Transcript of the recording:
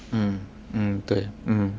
mm mm 对 mm